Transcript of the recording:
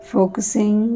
Focusing